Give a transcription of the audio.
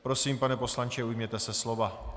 Prosím, pane poslanče, ujměte se slova.